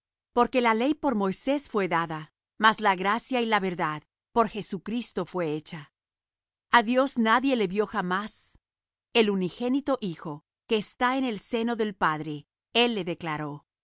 porque la ley por moisés fué dada mas la gracia y la verdad por jesucristo fué hecha a dios nadie le vió jamás el unigénito hijo que está en el seno del padre él le declaró